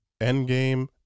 Endgame